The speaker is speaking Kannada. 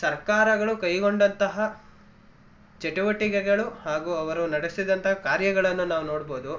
ಸರ್ಕಾರಗಳು ಕೈಗೊಂಡಂತಹ ಚಟುವಟಿಕೆಗಳು ಹಾಗೂ ಅವರು ನಡೆಸಿದಂತಹ ಕಾರ್ಯಗಳನ್ನು ನಾವು ನೋಡ್ಬೋದು